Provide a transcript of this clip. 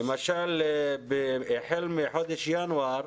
למשל החל מחודש ינואר,